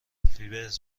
فیبز